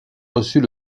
reçut